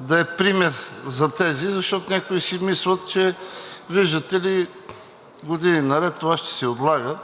да е пример за тези, защото някои си мислят, че, виждате ли, години наред това ще се отлага